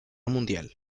mundial